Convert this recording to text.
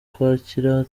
kwakira